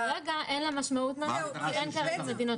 כרגע אין לה משמעות כי אין מדינות אדומות.